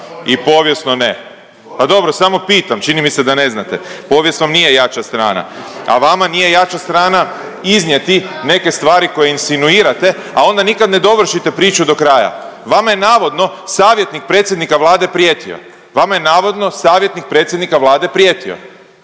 razumije./… Pa dobro, samo pitam, čini mi se da ne znate, povijest vam nije jača strana, a vama nije jača strana iznijeti neke stvari koje insinuirate, a onda nikad ne dovršite priču do kraja. Vama je navodno savjetnik predsjednika Vlade prijetio. Vama je navodno savjetnik predsjednika Vlade prijetio.